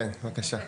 כן, בבקשה.